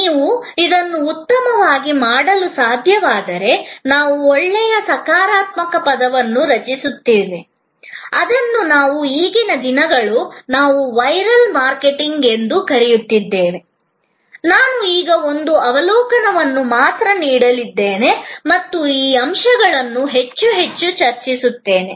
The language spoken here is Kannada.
ನೀವು ಇದನ್ನು ಉತ್ತಮವಾಗಿ ಮಾಡಲು ಸಾಧ್ಯವಾದರೆ ನಾವು ಒಳ್ಳೆಯ ಸಕಾರಾತ್ಮಕ ಪದವನ್ನು ರಚಿಸುತ್ತೇವೆ ಅದನ್ನು ನಾವು ಈಗಿನ ದಿನಗಳಲ್ಲಿ ನಾವು ವೈರಲ್ ಮಾರ್ಕೆಟಿಂಗ್ ಎಂದು ಕರೆಯುತ್ತಿದ್ದೇವೆ ನಾನು ಈಗ ಒಂದು ಅವಲೋಕನವನ್ನು ಮಾತ್ರ ನೀಡಲಿದ್ದೇನೆ ಮತ್ತು ಈ ಅಂಶಗಳನ್ನು ಹೆಚ್ಚು ಹೆಚ್ಚು ಚರ್ಚಿಸುತ್ತೇನೆ